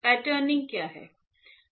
patterning क्या है